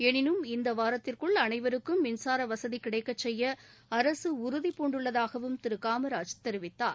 எனினும் இந்த வாரத்திற்குள் அனைவருக்கும் மின்சார வசதி கிடைக்கச் செய்ய அரசு உறுதிபூண்டுள்ளதாகவும் திரு காமராஜ் தெரிவித்தார்